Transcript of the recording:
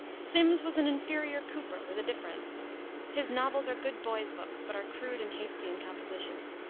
simms was an inferior cooper, with a difference his novels are good boys' books, but are crude and hasty in composition.